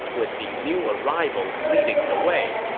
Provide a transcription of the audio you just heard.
with the new arrivals leading the way.